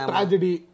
Tragedy